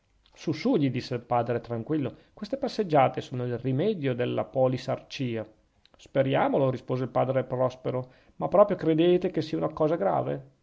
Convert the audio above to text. su su gli disse il padre tranquillo queste passeggiate sono il rimedio della polisarcìa speriamolo rispose il padre prospero ma proprio credete che sia una cosa grave